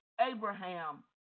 Abraham